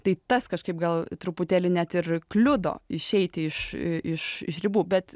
tai tas kažkaip gal truputėlį net ir kliudo išeiti iš iš iš ribų bet